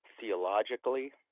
theologically